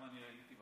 גם אני הייתי.